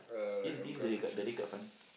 use use the red card the red card fun